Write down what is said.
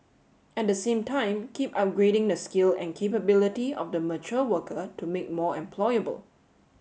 at the same time keep upgrading the skill and capability of the mature worker to make more employable